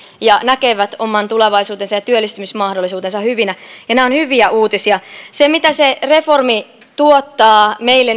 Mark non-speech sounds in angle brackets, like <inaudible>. ja näkevät oman tulevaisuutensa ja työllistymismahdollisuutensa hyvinä nämä ovat hyviä uutisia se mitä uudenlaista ajattelua se reformi tuottaa meille <unintelligible>